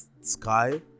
sky